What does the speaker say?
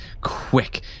quick